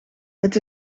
het